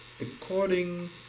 according